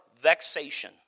vexation